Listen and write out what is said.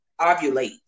ovulate